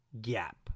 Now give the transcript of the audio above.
gap